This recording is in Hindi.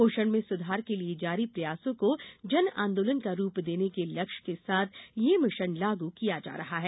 पोषण में सुधार के लिए जारी प्रयासों को जन आंदोलन का रूप देने के लक्ष्य के साथ ये मिशन लागू किया जा रहा है